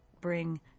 bring